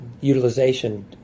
utilization